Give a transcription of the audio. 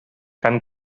gan